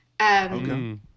Okay